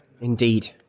Indeed